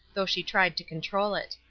though she tried to control it.